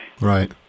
right